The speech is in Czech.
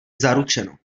zaručeno